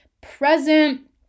present